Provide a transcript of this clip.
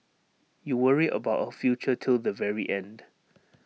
you worry about our future till the very end